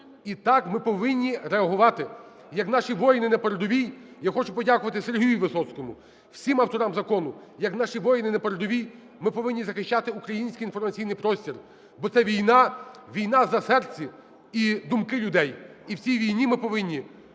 І так ми повинні реагувати, як наші воїни на передовій. Я хочу подякувати Сергію Висоцькому, всім авторам закону. Як наші воїни на передовій, ми повинні захищати український інформаційний простір, бо це війна, війна за серця і думки людей. І в цій війні ми повинні